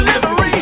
delivery